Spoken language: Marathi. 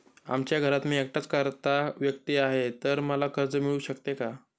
आमच्या घरात मी एकटाच कर्ता व्यक्ती आहे, तर मला कर्ज मिळू शकते का?